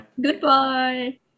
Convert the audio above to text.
Goodbye